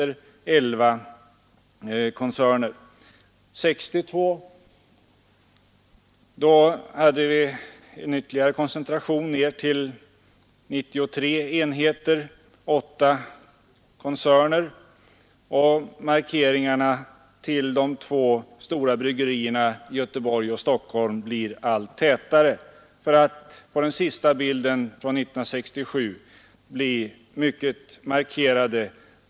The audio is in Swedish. År 1962 hade vi ytterligare koncentration till 93 enheter och 8 koncerner. Markeringarna till de två stora bryggerierna i Göteborg och Stockholm blir allt tätare för att på den sista bilden, från 1967, bli mycket täta.